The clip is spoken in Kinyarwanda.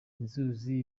inzuzi